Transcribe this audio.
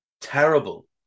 terrible